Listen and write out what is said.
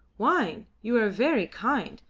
wine! you are very kind.